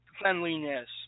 cleanliness